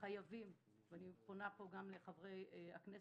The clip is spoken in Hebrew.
חייבים ואני פונה פה גם לחברי הכנסת